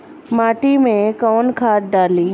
माटी में कोउन खाद डाली?